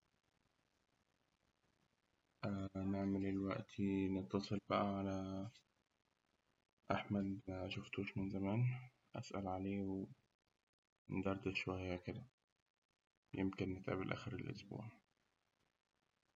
نعمل إيه الوقتي؟ نتصل بقى على أحمد مشوفتوش من زمان، أسأل عليه وندردش شوية كده، يمكن نتقابل آخر الأسبوع.